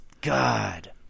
God